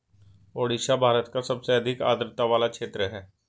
ओडिशा भारत का सबसे अधिक आद्रता वाला क्षेत्र है